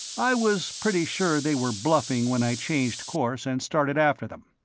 i was pretty sure they were bluffing when i changed course and started after them.